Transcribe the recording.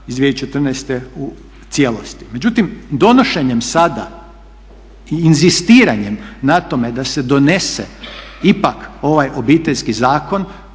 iz 2014. u cijelosti. Međutim, donošenjem sada i inzistiranjem na tome da se donese ipak ovaj Obiteljski zakon